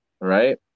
right